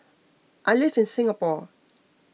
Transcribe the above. I live in Singapore